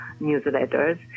newsletters